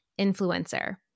influencer